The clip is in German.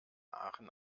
aachen